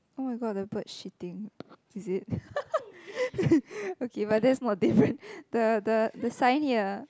oh-my-god the bird shitting is it okay but that's more different the the the sign here